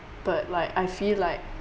but like I feel like